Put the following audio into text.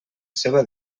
seva